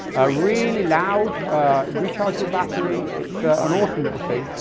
a really loud rechargeable battery. it's an awesome little thing.